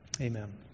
Amen